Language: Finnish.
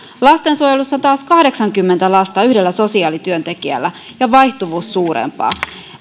lastensuojelussa taas kahdeksankymmentä lasta yhdellä sosiaalityöntekijällä ja vaihtuvuus suurempaa